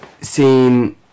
seen